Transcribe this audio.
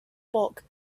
bulk